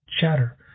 chatter